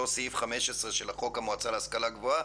סעיף 15 של חוק המועצה להשכלה גבוהה.